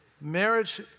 Marriage